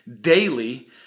daily